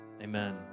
Amen